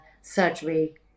surgery